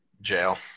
Jail